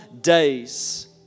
days